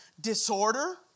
disorder